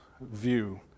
view